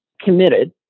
committed